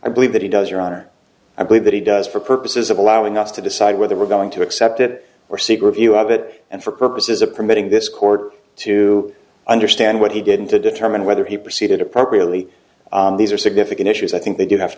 i believe that he does your honor i believe that he does for purposes of allowing us to decide whether we're going to accept it or seek review of it and for purposes of permitting this court to understand what he did and to determine whether he proceeded appropriately these are significant issues i think they do have to